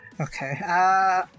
Okay